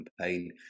campaign